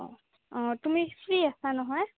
অঁ অঁ তুমি ফ্ৰী আছা নহয়